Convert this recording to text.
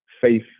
faith